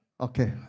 Okay